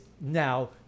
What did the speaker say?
now